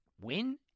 win